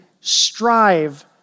strive